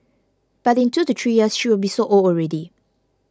but in two to three years she will be so old already